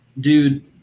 Dude